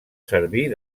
servir